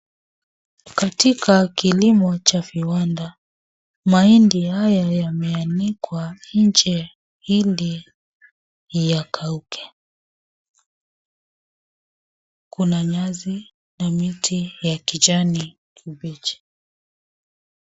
Katika kilimo cha viwanda, mahindi haya yameanikwa nje ili yakauke. Kuna nyasi na miti ya kijani kibichi.